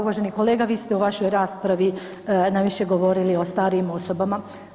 Uvaženi kolega, vi ste u vašoj raspravi najviše govorili o starijim osobama.